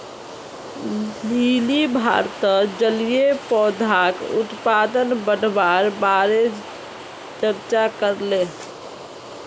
lily भारतत जलीय पौधाक उत्पादन बढ़वार बारे चर्चा करले